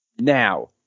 Now